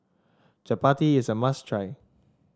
Chapati is a must try